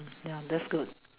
ya that's good